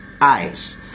eyes